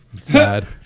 Sad